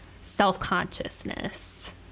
self-consciousness